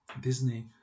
Disney